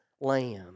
lamb